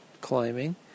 climbing